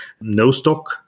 no-stock